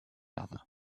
other